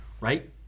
right